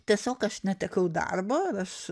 tiesiog aš netekau darbo ir aš